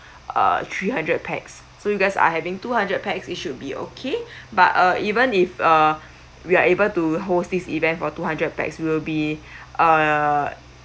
uh three hundred pax so you guys are having two hundred pax it should be okay but uh even if uh we are able to host this event for two hundred pax will be uh